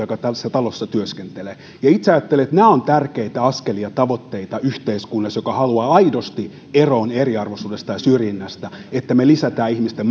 joka tässä talossa työskentelee ja itse ajattelen että nämä ovat tärkeitä askelia tavoitteita yhteiskunnassa joka haluaa aidosti eroon eriarvoisuudesta ja syrjinnästä se että me lisäämme ihmisten